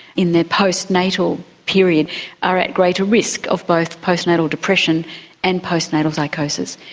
in their post-natal period are at greater risk of both post-natal depression and post-natal psychosis.